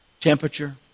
temperature